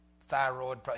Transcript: thyroid